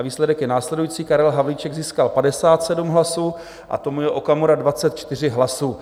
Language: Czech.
Výsledek je následující: Karel Havlíček získal 57 hlasů a Tomio Okamura 24 hlasů.